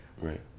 Right